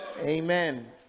amen